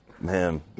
Man